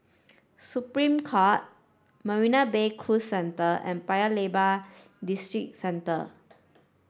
Supreme Court Marina Bay Cruise Centre and Paya Lebar Districentre